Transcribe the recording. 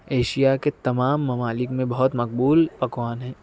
Asia کے تمام ممالک میں بہت مقبول پکوان ہے